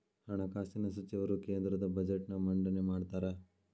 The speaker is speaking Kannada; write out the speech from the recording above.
ಹಣಕಾಸಿನ ಸಚಿವರು ಕೇಂದ್ರದ ಬಜೆಟ್ನ್ ಮಂಡನೆ ಮಾಡ್ತಾರಾ